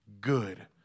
good